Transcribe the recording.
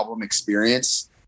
experience